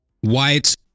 white